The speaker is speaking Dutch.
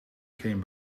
geen